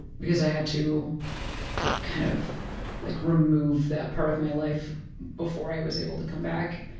because i had to kind of like remove that part of my life before i was able to come back,